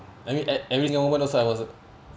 I mean ev~ every single moment also I was uh